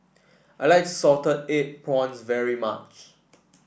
I like Salted Egg Prawns very much